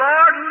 Lord